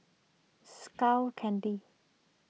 Skull Candy